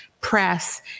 press